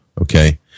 okay